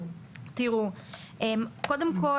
קודם כל